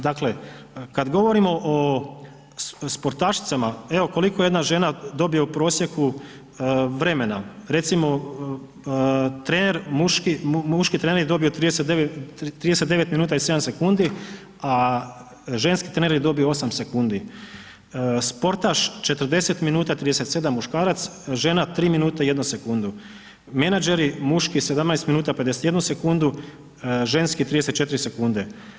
Dakle, kad govorimo o sportašicama, evo koliko jedan žena dobije u prosjeku vremena, recimo trener muški, muški trener je dobio 39 minuta i 7 sekundi, a ženski trener je dobio 8 sekundi, sportaš 40 minuta, 37 muškarac, žena 3 minute i 1 sekundu, menadžeri muški 17 minuta, 51 sekundu, ženski 34 sekunde.